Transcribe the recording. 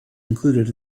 included